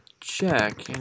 check